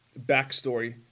backstory